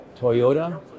Toyota